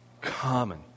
common